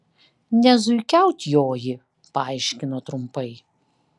ne zuikiaut joji paaiškino trumpai